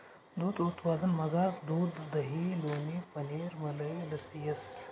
दूध उत्पादनमझार दूध दही लोणी पनीर मलई लस्सी येस